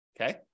Okay